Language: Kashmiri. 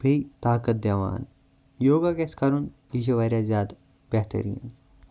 بیٚیہِ طاقت دِوان یوگا گَژھِ کَرُن یہِ چھُ واریاہ زِیادٕ بہتٔریٖن